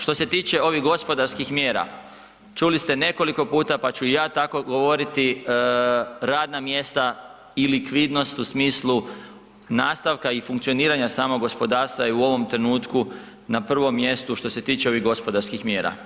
Što se tiče ovih gospodarskih mjera, čuli ste nekoliko puta pa ću i ja tako govoriti, radna mjesta i likvidnost u smislu nastavka i funkcioniranja samog gospodarstva je u ovom trenutku na prvom mjestu što se tiče ovih gospodarskih mjera.